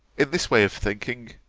in this way of thinking,